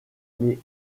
les